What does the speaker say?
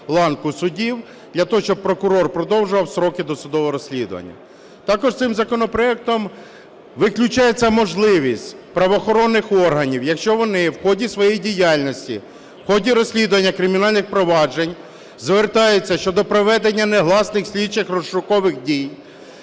ланку судів, для того, щоб прокурор продовжував строки досудового розслідування. Також цим законопроектом виключається можливість правоохоронних органів, якщо вони в ході своєї діяльності, в ході розслідування кримінальних проваджень, звертаються щодо проведення негласних слідчих розшукових дій